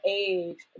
age